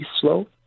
slow